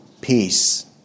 Peace